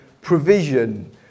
provision